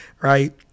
right